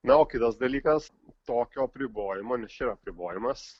na o kitas dalykas tokio apribojimo nes čia yra apribojimas